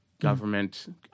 government